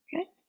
okay